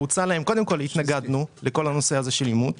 קודם כל התנגדנו לכל הנושא הזה של אימות